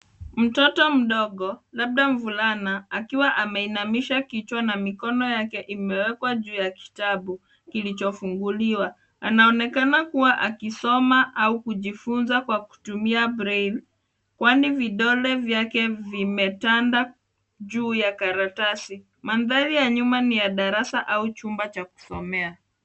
Mtoto mdogo , labda mvulana akiwa ameinamisha kichwa na mikono yake imewekwa juu ya kitabu kilichofunguliwa. Anaonekana kuwa akisoma au kujifunza kwa kutumia braille , kwani vidole vyake vimetanda juu ya karatasi. Mandhari ya nyuma ni ya darasa au chumba cha kusomea.